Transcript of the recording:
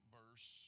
verse